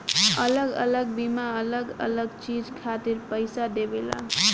अलग अलग बीमा अलग अलग चीज खातिर पईसा देवेला